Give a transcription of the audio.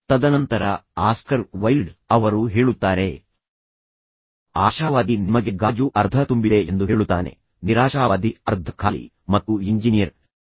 ತದನಂತರ Oscar Wilde ಪ್ರಸಿದ್ಧ ಉಲ್ಲೇಖ ಒಂದಿದೆ ಅವರು ಹೇಳುತ್ತಾರೆ ಆಶಾವಾದಿ ನಿಮಗೆ ಗಾಜು ಅರ್ಧ ತುಂಬಿದೆ ಎಂದು ಹೇಳುತ್ತಾನೆ ನಿರಾಶಾವಾದಿ ಅರ್ಧ ಖಾಲಿ ಮತ್ತು ಎಂಜಿನಿಯರ್ ನಿಮಗೆ ಹೇಳುತ್ತಾನೆ